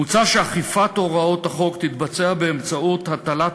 מוצע שאכיפת הוראות החוק תתבצע באמצעות הטלת